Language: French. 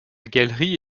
galerie